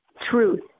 truth